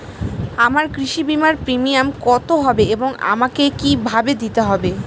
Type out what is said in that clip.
আমার কৃষি বিমার প্রিমিয়াম কত হবে এবং আমাকে কি ভাবে দিতে হবে?